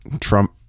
Trump